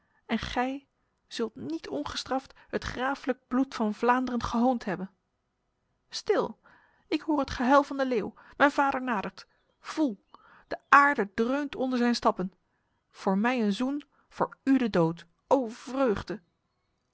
en gij zult niet ongestraft het graaflijk bloed van vlaanderen gehoond hebben stil ik hoor het gehuil van de leeuw mijn vader nadert voel de aarde dreunt onder zijn stappen voor mij een zoen voor u de dood o vreugde